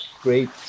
great